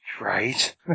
Right